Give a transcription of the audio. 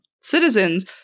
citizens